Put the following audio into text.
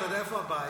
אתה יודע איפה הבעיה?